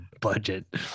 budget